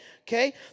Okay